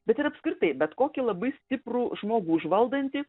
bet ir apskritai bet kokį labai stiprų žmogų užvaldantį